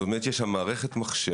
זאת אומרת שיש שם מערכת מחשב,